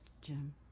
Jim